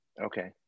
Okay